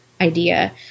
idea